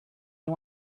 you